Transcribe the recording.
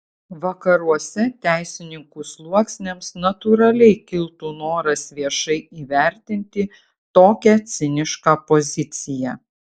vakaruose teisininkų sluoksniams natūraliai kiltų noras viešai įvertinti tokią cinišką poziciją